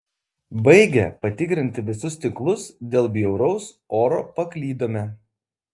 baigę patikrinti visus tinklus dėl bjauraus oro paklydome